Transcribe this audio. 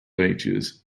ages